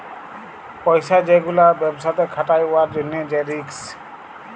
পইসা যে গুলা ব্যবসাতে খাটায় উয়ার জ্যনহে যে রিস্ক